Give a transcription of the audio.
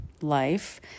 life